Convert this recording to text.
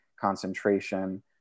concentration